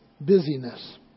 busyness